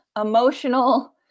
emotional